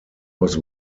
was